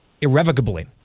irrevocably